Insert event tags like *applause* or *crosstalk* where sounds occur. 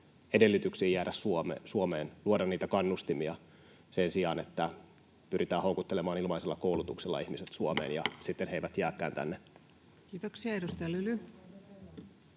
edellytyksiin jäädä Suomeen, ja luoda niitä kannustimia sen sijaan, että pyritään houkuttelemaan ilmaisella koulutuksella ihmiset Suomeen *noise* ja sitten he eivät jääkään tänne? Kiitoksia. — Edustaja Lyly.